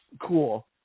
Cool